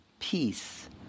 Peace